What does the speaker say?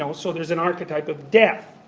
um so there's an archetype of death.